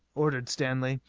ordered stanley,